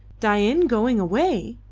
dain going away!